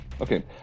Okay